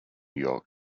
york